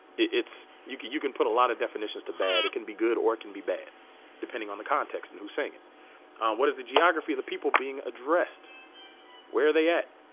it's you can you can put a lot of definitions too bad it can be good or it can be bad depending on the context and who sing it what is the geography of the people being addressed where are they at